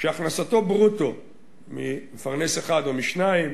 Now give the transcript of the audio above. שהכנסתו ברוטו ממפרנס אחד או משניים